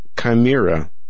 Chimera